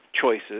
choices